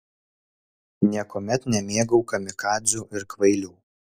niekuomet nemėgau kamikadzių ir kvailių